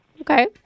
Okay